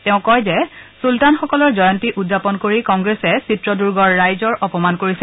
তেওঁ কয় যে চুলতান সকলৰ জয়ন্তী উদযাপন কৰি কংগ্ৰেছে চিত্ৰদূৰ্গৰ ৰাইজৰ অপমান কৰিছে